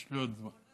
יש לי עוד זמן.